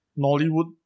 Hollywood